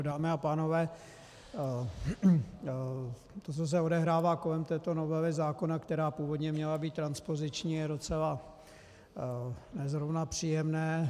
Dámy a pánové, to, co se odehrává kolem této novely zákona, která původně měla být transpoziční, je docela ne zrovna příjemné.